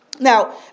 Now